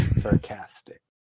sarcastic